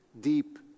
deep